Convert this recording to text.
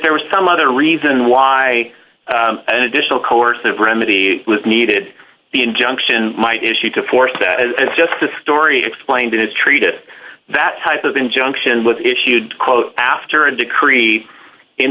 there was some other reason why an additional coercive remedy was needed the injunction might issue to force that it's just a story explained in a treatise that type of injunction with issued quote after a decree in